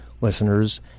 listeners